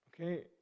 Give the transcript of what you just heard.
Okay